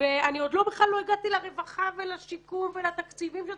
ואני בכלל עוד לא הגעתי לרווחה ולשיקום ולתקציבים שצריך,